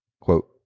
Quote